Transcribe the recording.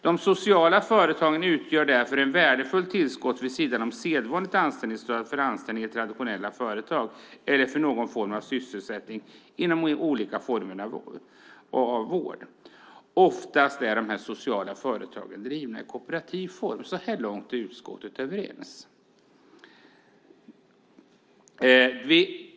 De sociala företagen utgör därför ett värdefullt tillskott vid sidan om sedvanligt anställningsstöd för anställning i traditionella företag eller för någon form av sysselsättning inom olika former av vård. Oftast är dessa sociala företag drivna i kooperativ form. Så här långt är utskottet överens.